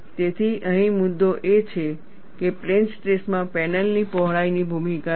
તેથી અહીં મુદ્દો એ છે કે પ્લેન સ્ટ્રેસમાં પેનલની પહોળાઈની ભૂમિકા છે